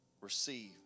receive